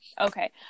Okay